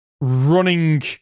running